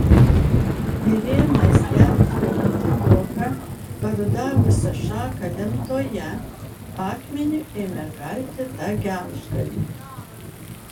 įrėmęs gelžgalį į didoką parudavusią šaką lentoje akmeniu ėmė kalti tą gelžgalį